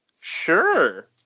Sure